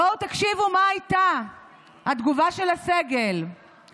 בואו תקשיבו מה הייתה התגובה של הסגל,